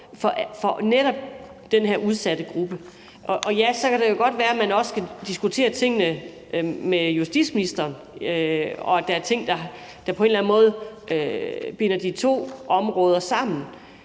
for netop den her udsatte gruppe. Og ja, så kan det jo også godt være, at man skal diskutere tingene med justitsministeren, og at der er ting, der på en eller anden måde binder de to områder sammen.